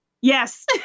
Yes